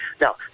Now